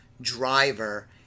driver